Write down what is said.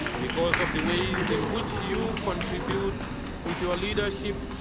because of the ways in which you contribute with your leadership,